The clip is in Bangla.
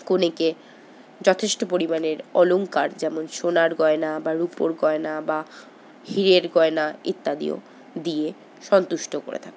কনেকে যথেষ্ট পরিমাণের অলংকার যেমন সোনার গয়না বা রূপোর গয়না বা হীরের গয়না ইত্যাদিও দিয়ে সন্তুষ্ট করে থাকেন